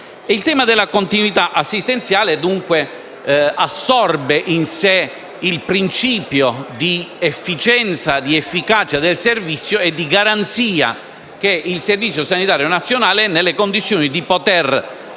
Il tema della continuità assistenziale, dunque, assorbe in sé il principio di efficienza e di efficacia del servizio e di garanzia che il Servizio sanitario nazionale è nelle condizioni di poter